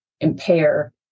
impair